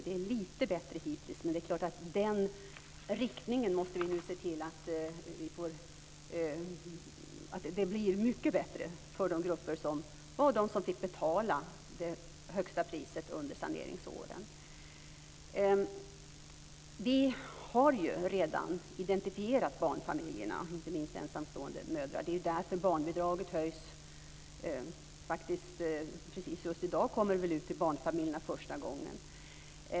Det är lite bättre hittills, men med den riktningen måste vi nu se till att det blir mycket bättre för de grupper som var de som fick betala det högsta priset under saneringsåren. Vi har redan identifierat barnfamiljerna, inte minst ensamstående mödrar. Det är därför barnbidraget höjs. Precis just i dag kommer det nya barnbidraget till barnfamiljerna första gången.